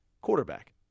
Quarterback